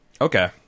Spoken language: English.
Okay